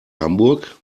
hamburg